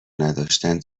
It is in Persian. نداشتن